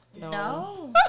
No